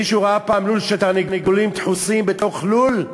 מישהו ראה פעם תרנגולים דחוסים בתוך לול?